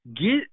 Get